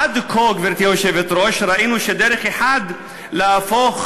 עד כה, גברתי היושבת-ראש, ראינו שדרך אחת להפוך